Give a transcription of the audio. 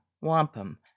wampum